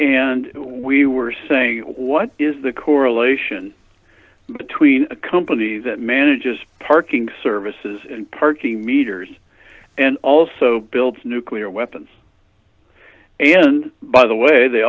and we were saying what is the correlation between a company that manages parking services and parking meters and also builds nuclear weapons and by the way they